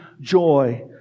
joy